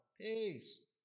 Peace